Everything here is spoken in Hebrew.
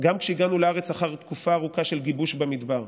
גם כשהגענו לארץ אחר תקופה ארוכה של גיבוש במדבר,